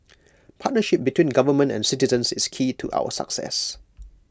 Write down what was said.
partnership between government and citizens is key to our success